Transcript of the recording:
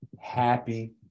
happy